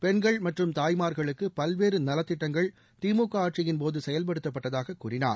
பெண்கள் மற்றும் தாய்மார்களுக்கு பல்வேறு நலத்திட்டங்கள் திமுக ஆட்சியின் போது செயல்படுத்தப்பட்டதாக கூறினார்